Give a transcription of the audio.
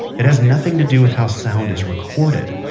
it has nothing to do with how sound is recorded.